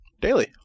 Daily